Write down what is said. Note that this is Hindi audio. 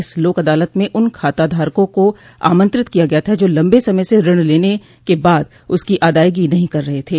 इस लोक अदालत में उन खाता धारकों को आमंत्रित किया गया था जो लम्बे समय से ऋण लेने के बाद उसकी अदायगी नहीं कर रहे थे